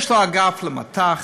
יש לו אגף למט"ח,